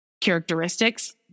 characteristics